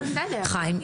חיים,